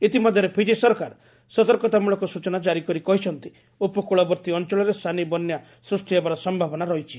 ଇତିମଧ୍ୟରେ ଫିକି ସରକାର ସତର୍କତାମୂଳକ ସ୍ଚଚନା ଜାରି କରି କହିଛନ୍ତି ଉପକୃଳବର୍ତ୍ତୀ ଅଞ୍ଚଳରେ ସାନି ବନ୍ୟା ସୃଷ୍ଟି ହେବାର ସମ୍ଭାବନା ରହିଛି